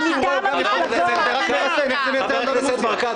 את רוצה את זה מטעם מפלגה.